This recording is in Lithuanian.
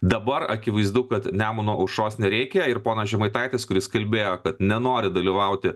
dabar akivaizdu kad nemuno aušros nereikia ir ponas žemaitaitis kuris kalbėjo kad nenori dalyvauti